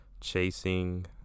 Chasing